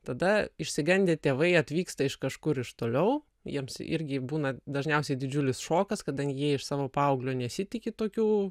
tada išsigandę tėvai atvyksta iš kažkur iš toliau jiems irgi būna dažniausiai didžiulis šokas kadangi jie iš savo paauglio nesitiki tokių